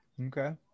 Okay